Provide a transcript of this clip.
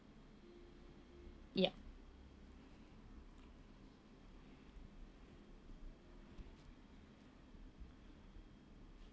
yup